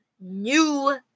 New